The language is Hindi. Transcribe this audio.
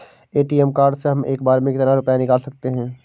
ए.टी.एम कार्ड से हम एक बार में कितना रुपया निकाल सकते हैं?